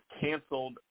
canceled